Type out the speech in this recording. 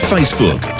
Facebook